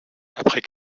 après